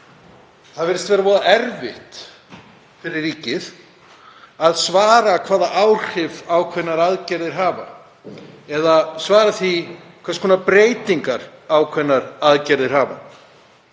það virðist vera voða erfitt fyrir ríkið að svara hvaða áhrif ákveðnar aðgerðir hafa eða svara því hvers konar breytingar ákveðnar aðgerðir hafa